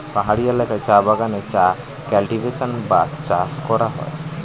পাহাড়ি এলাকায় চা বাগানে চা কাল্টিভেশন বা চাষ করা হয়